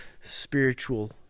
spiritual